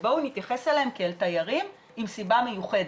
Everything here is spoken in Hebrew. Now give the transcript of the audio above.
בואו נתייחס אליהם כתיירים עם סיבה מיוחדת.